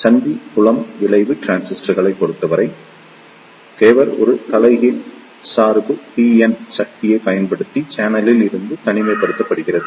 சந்தி புலம் விளைவு டிரான்சிஸ்டர்களைப் பொறுத்தவரை கேவர் ஒரு தலைகீழ் சார்பு பிஎன் சந்திப்பைப் பயன்படுத்தி சேனலில் இருந்து தனிமைப்படுத்தப்படுகிறது